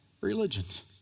religions